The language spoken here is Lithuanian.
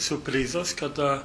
siurprizas kada